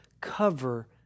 cover